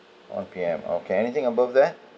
one P_M okay anything above that